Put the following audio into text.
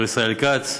השר ישראל כץ,